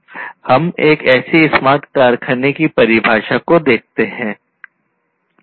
हम एक ऐसी ही स्मार्ट कारखाने की परिभाषा देखते हैं